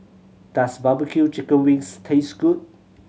does barbecue chicken wings taste good